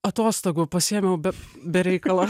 atostogų pasiėmiau be be reikalo